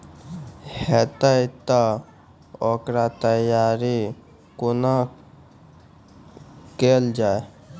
हेतै तअ ओकर तैयारी कुना केल जाय?